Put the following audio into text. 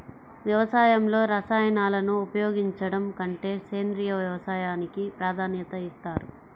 వ్యవసాయంలో రసాయనాలను ఉపయోగించడం కంటే సేంద్రియ వ్యవసాయానికి ప్రాధాన్యత ఇస్తారు